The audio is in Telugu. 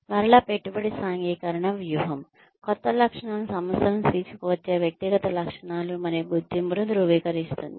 మరలా పెట్టుబడి సాంఘికీకరణ వ్యూహం కొత్త లక్షణాలు సంస్థకు తీసుకువచ్చే వ్యక్తిగత లక్షణాలు మరియు గుర్తింపును ధృవీకరిస్తుంది